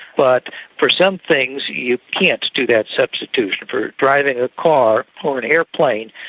but for some things you can't do that substitution. for driving a car or an aeroplane,